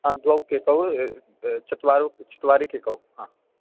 हा द्वौ केकौ चत्वारौ चत्वारि केकौ हा